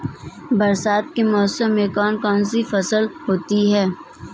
बरसात के मौसम में कौन कौन सी फसलें होती हैं?